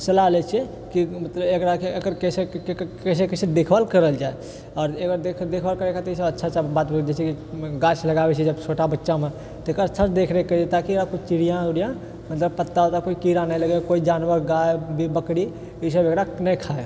सलाह लै छियै कि मतलब एकरा एकर कैसे कैसे कैसे देखभाल करल जाए आओर एकर देखभाल करै खातिर अच्छा अच्छा बात गाछ लगाबै छै जब छोटा बच्चामे तऽ एकर अच्छासँ देखरेख करै छियै ताकि चिड़िया उड़िया मतलब पत्ता ओकरा पर कीड़ा नहि लगै कोइ जानवर गाय बकरी ई सब एकरा नही खाए